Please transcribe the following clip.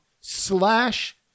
slash